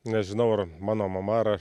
nežinau ar mano mama ar